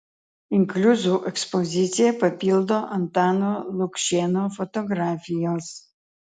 inkliuzų ekspoziciją papildo antano lukšėno fotografijos